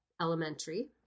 elementary